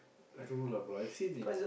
I don't know lah bro I seen in